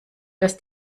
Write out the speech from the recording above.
dass